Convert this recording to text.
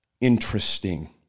interesting